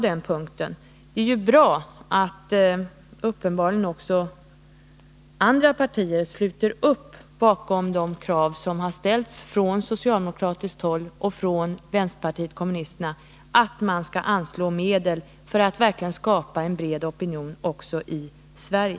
Det är ju bra att också andra partier uppenbarligen sluter upp bakom de krav som ställs från socialdemokratiskt håll och från vänsterpartiet kommunisterna att man skall anslå medel för att verkligen skapa en bred opinion också i Sverige.